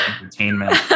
entertainment